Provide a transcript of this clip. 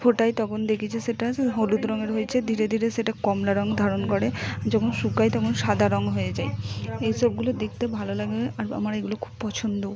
ফোটাই তখন দেখি যে সেটা হলুদ রঙের হয়েছে ধীরে ধীরে সেটা কমলা রং ধারণ করে যখন শুকোয় তখন সাদা রং হয়ে যায় এই সবগুলো দেখতে ভালো লাগে আর আমার এগুলো খুব পছন্দও